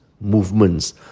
movements